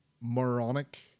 moronic